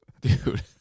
dude